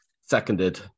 Seconded